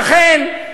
לכן,